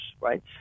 right